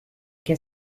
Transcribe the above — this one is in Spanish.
que